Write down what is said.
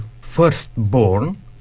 firstborn